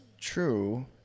true